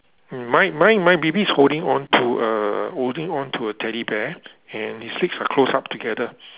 mm my my my baby is holding onto a holding onto a Teddy bear and his legs are closed up together